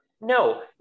No